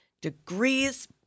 degrees